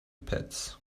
pits